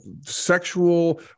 sexual